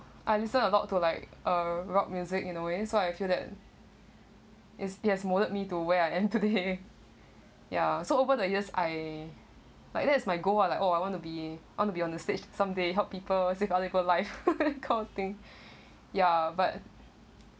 I listen a lot to like uh rock music in a way so I feel that it's it has moulded me to where I am today ya so over the years I like that is my goal ah like oh I want to be want to be on the stage someday help people save people life kind of thing ya but